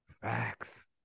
Facts